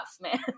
man